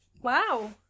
Wow